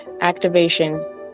activation